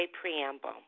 Preamble